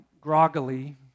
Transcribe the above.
groggily